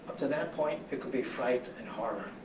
to that point, it could be fright and horror.